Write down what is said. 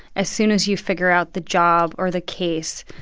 as soon as you figure out the job or the case,